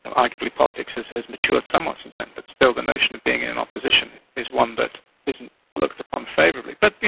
arguably politics has has matured somewhat since then, but still the notion of being in opposition is one that isn't looked upon favourably. but, you